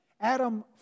Adam